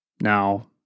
now